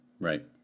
Right